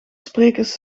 sprekers